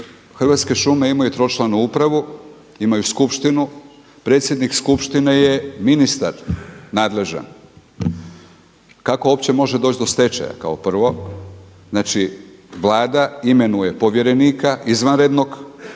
Hrvatske šume imaju tročlanu upravu, imaju skupštinu. Predsjednik skupštine je ministar nadležan. Kako uopće može doći do stečaja kao prvo? Znači, Vlada imenuje povjerenika izvanrednog